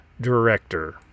director